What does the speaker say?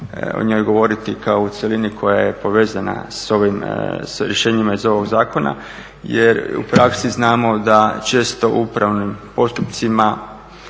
o njoj govoriti kao o cjelini koja je povezana s rješenjima iz ovog zakona jer u praksi znamo da često u upravnim postupcima